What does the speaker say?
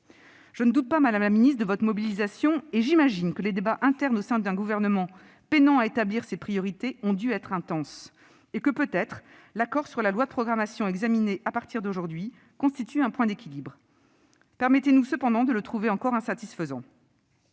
Je ne doute pas, madame la ministre, de votre mobilisation ; j'imagine que les débats internes au sein d'un gouvernement peinant à établir ses priorités ont dû être intenses et que, peut-être, l'accord obtenu sur la loi de programmation examinée à partir d'aujourd'hui constitue un point d'équilibre ... Permettez-nous cependant de trouver cet équilibre encore insatisfaisant.